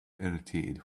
irritated